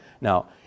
Now